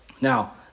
Now